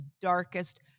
darkest